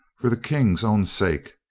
for the king's own sake,